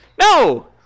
No